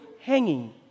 hanging